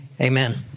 Amen